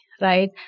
Right